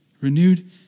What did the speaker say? Renewed